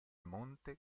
monte